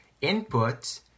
input